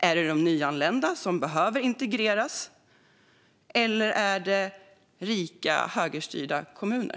Är det de nyanlända som behöver integreras eller är det rika högerstyrda kommuner?